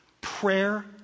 prayer